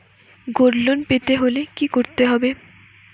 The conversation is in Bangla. গোল্ড লোন পেতে হলে কি করতে হবে?